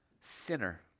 Sinner